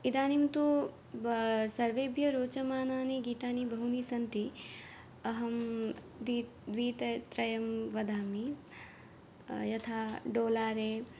इदानीं तु ब सर्वेभ्यः रोचमानानि गीतानि बहूनि सन्ति अहं दि द्वि त त्रयं वदामि यथा डोलारे